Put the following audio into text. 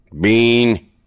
Bean